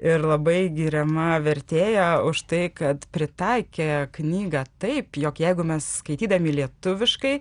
ir labai giriama vertėja už tai kad pritaikė knygą taip jog jeigu mes skaitydami lietuviškai